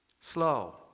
Slow